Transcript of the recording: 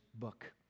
book